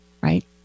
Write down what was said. right